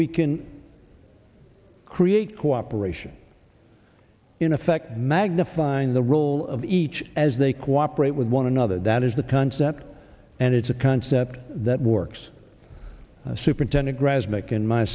we can create cooperation in effect magnifying the role of each as they cooperate with one another that is the concept and it's a concept that works superintendent grasmick in my